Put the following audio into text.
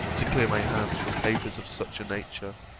to clear my hands from papers of such a nature,